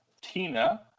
tina